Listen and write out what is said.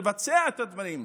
לבצע את הדברים,